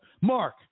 Mark